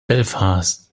belfast